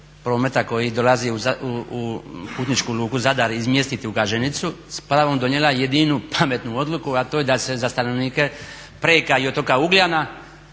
prometa koji dolazi u Putničku luku u Zadar izmjestiti u Gaženicu s pravom donijela jedinu pametnu odluku, a to je da se za stanovnike Preka i otoka Ugljana